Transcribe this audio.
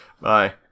Bye